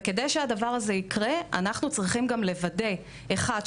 כדי שהדבר הזה יקרה אנחנו צריכים לוודא גם: אחת,